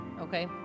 okay